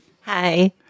Hi